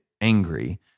angry